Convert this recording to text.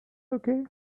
okay